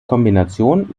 kombination